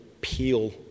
peel